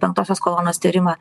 penktosios kolonos tyrimą